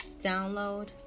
download